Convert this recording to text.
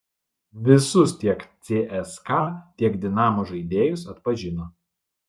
visus tiek cska tiek dinamo žaidėjus atpažino